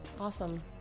Awesome